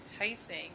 enticing